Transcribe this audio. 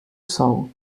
sol